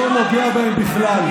זה לא נוגע בהם בכלל.